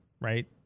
right